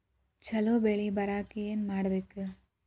ಛಲೋ ಬೆಳಿ ಬರಾಕ ಏನ್ ಮಾಡ್ಬೇಕ್?